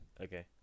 Okay